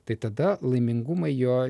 tai tada laimingumą jo